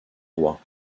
rois